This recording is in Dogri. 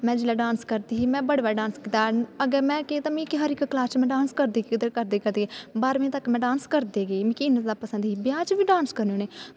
में जेल्लै डांस करदी ही में बड़े बारी डांस कीते दा अग्गें में केह् कीता मीं हर इक क्लास च डांस करदे करदे बाह्रमीं तक में डांस करदी गेई मिकी इन्ना जादा पसंद ही ब्याह् च बी डांस करने होन्ने